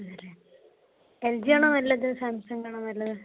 അതെയല്ലേ എൽ ജിയാണോ നല്ലത് സാംസങ്ങാണോ നല്ലത്